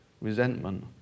resentment